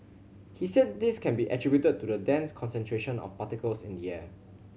he said this can be attributed to the dense concentration of particles in the air